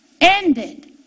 Ended